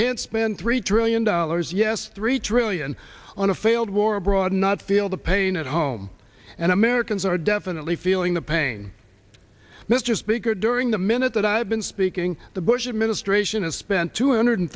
can't spend three trillion dollars yes three trillion on a failed war abroad not feel the pain at home and americans are definitely feeling the pain mr speaker during the minute that i've been speaking the bush administration has spent two hundred